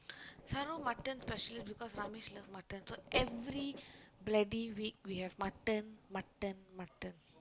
Saro mutton specially because Ramesh love mutton so every bloody week we have mutton mutton mutton